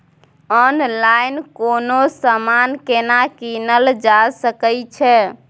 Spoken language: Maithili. ऑनलाइन कोनो समान केना कीनल जा सकै छै?